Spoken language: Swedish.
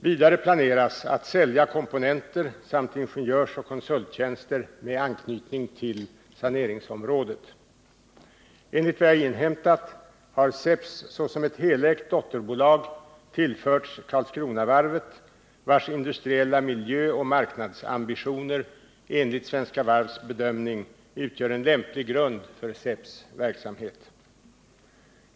Vidare planeras att sälja komponenter samt ingenjörsoch konsulttjänster med anknytning till saneringsområdet. Enligt vad jag inhämtat har SEPS såsom ett helägt dotterbolag tillförts 15 Karlskronavarvet AB, vars industriella miljöoch marknadsambitioner enligt Svenska Varvs bedömning utgör en lämplig grund för SEPS verksamhet.